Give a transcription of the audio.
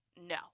no